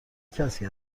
کسی